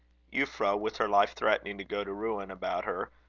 euphra, with her life threatening to go to ruin about her,